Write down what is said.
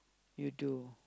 you do